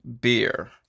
beer